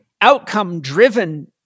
outcome-driven